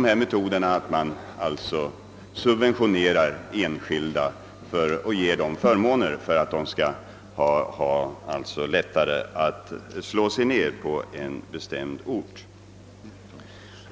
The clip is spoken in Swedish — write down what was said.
genom subventioner till enskilda underlätta för dem att förlägga sin verksamhet till en bestämd ort.